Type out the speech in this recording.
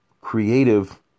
creative